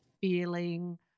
feeling